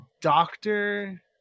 doctor